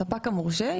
הספק המורשה,